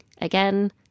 again